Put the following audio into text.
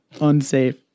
Unsafe